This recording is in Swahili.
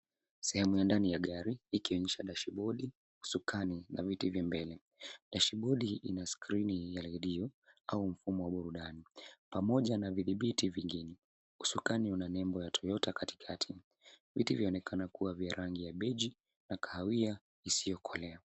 Sehemu ya mbele ya gari ikionyesha dashibodi, usukani na viti vya mbele. Dashibodi ina skrini yenye redio au mfumo wa burudani pamoja na vidhibiti vingine. Usukani una nembo ya Toyota katikati. Viti vinaonekana kuwa vya rangi ya beji na kahawia isiyo kolea.